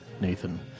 Nathan